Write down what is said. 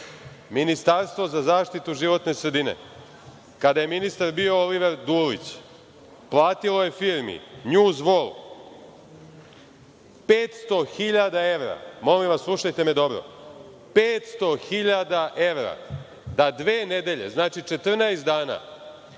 Ministarstvo za zaštitu životne sredine, kada je ministar bio Oliver Dulić, platilo je firmi „NJuz vol“ 500.000 evra, molim vas, slušajte me dobro, da dve nedelje, znači 14 dana,